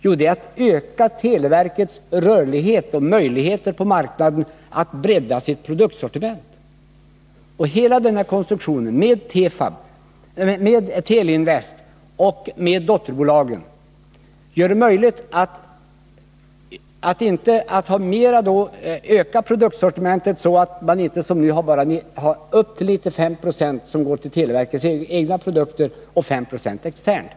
Jo, man ökar televerkets rörlighet och möjligheter på marknaden genom att bredda produktsortimentet. Hela konstruktionen med Teleinvest och dotterbolagen gör det möjligt att öka produktsortimentet, så att inte som nu upp till 95 96 går till televerkets egna produkter och 5 96 till andra.